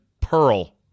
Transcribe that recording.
Pearl